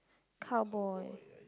cowboy